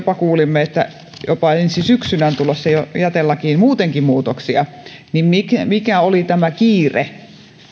jopa kuulimme että ensi syksynä on tulossa jätelakiin muutenkin muutoksia eli mikä oli tämä kiire